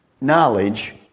knowledge